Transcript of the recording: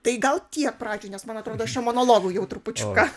tai gal tiek pradžioj nes man atrodo aš čia monologu gal jau trupučiuką